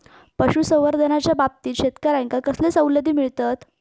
पशुसंवर्धनाच्याबाबतीत शेतकऱ्यांका कसले सवलती मिळतत?